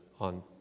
on